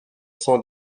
son